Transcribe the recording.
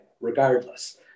regardless